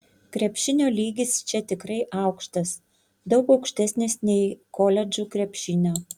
krepšinio lygis čia tikrai aukštas daug aukštesnis nei koledžų krepšinio